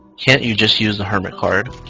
can't you just use the hermit card?